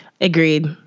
Agreed